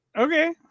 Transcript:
Okay